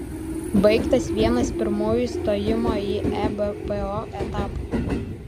baigtas vienas pirmųjų stojimo į ebpo etapų